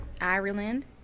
Ireland